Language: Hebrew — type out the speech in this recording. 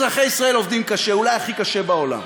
אזרחי ישראל עובדים קשה, אולי הכי קשה בעולם.